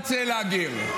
-- מ-21C לאגר.